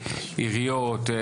בעיריות,